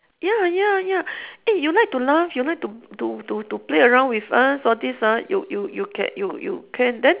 ya ya ya eh you like to laugh you like to to to to play around with us all these ah you you you can you you can then